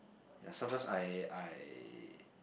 ya sometimes I I